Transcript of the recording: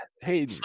Hey